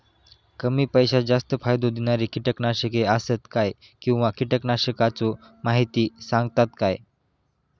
कमी पैशात जास्त फायदो दिणारी किटकनाशके आसत काय किंवा कीटकनाशकाचो माहिती सांगतात काय?